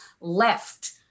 left